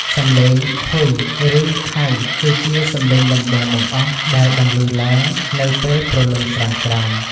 សម្លេង «ហ៊ុយ!» ឬ «ហ៊ៃ!» គឺជាសម្លេងដំបូងបង្អស់ដែលបន្លឺឡើងនៅពេលព្រលឹមស្រាងៗ។